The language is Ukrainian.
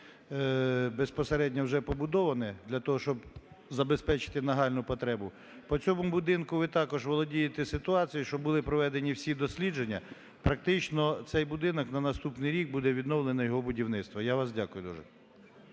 безпосередньо вже побудоване для того, щоб забезпечити нагальну потребу. По цьому будинку ви також володієте ситуацією, що були проведені всі дослідження. Практично цей будинок на наступний рік буде відновлене його будівництво. Я вам дякую дуже.